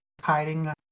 hiding